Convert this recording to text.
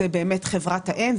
חברת האם.